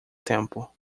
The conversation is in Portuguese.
tempo